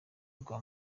bwa